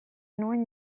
nuen